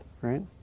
right